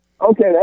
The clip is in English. Okay